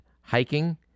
hiking